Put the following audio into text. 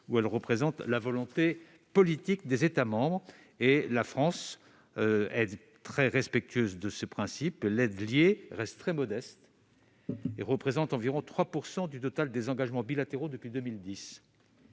qu'ils représentent la volonté politique des États membres. La France est très respectueuse de ce principe. L'aide liée reste très modeste : elle représente environ 3 % du total des engagements bilatéraux depuis 2010.